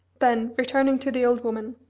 then, returning to the old woman,